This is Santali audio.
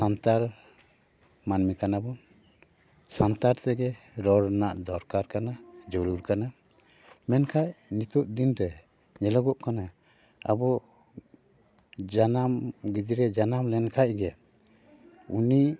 ᱥᱟᱱᱛᱟᱲ ᱢᱟᱹᱱᱢᱤ ᱠᱟᱱᱟ ᱵᱚᱱ ᱥᱟᱱᱛᱟᱲ ᱛᱮᱜᱮ ᱨᱚᱲ ᱨᱮᱱᱟᱜ ᱫᱚᱨᱠᱟᱨ ᱠᱟᱱᱟ ᱡᱟᱹᱨᱩᱲ ᱠᱟᱱᱟ ᱢᱮᱱᱠᱷᱟᱡ ᱱᱤᱛᱚᱜ ᱫᱤᱱ ᱨᱮ ᱧᱮᱞᱚᱜᱚᱜ ᱠᱟᱱᱟ ᱟᱵᱚ ᱡᱟᱱᱟᱢ ᱜᱤᱫᱽᱨᱟᱹ ᱡᱟᱱᱟᱢ ᱞᱮᱱᱠᱷᱟᱱ ᱜᱮ ᱩᱱᱤ